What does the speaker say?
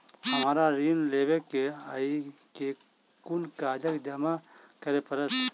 हमरा ऋण लेबै केँ अई केँ कुन कागज जमा करे पड़तै?